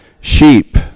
sheep